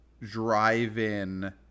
drive-in